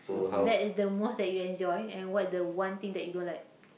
that is the most that you enjoy and what the one thing that you don't like